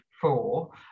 four